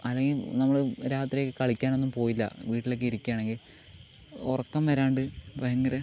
അല്ലെങ്കിൽ നമ്മള് രാത്രിയൊക്കെ കളിക്കാനൊന്നും പോകില്ല വീട്ടിലൊക്കെ ഇരിക്കയാണെങ്കിൽ ഉറക്കം വരാണ്ട് ഭയങ്കര